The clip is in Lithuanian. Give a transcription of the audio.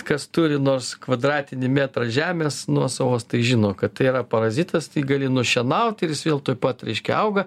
kas turi nors kvadratinį metrą žemės nuosavos tai žino kad tai yra parazitas tu jį gali nušienaut ir jis vėl tuoj pat reiškia auga